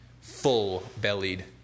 full-bellied